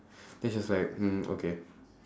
then she's like hmm okay